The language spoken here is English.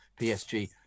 PSG